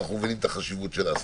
אנחנו מבינים את החשיבות של ההסכמה.